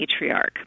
matriarch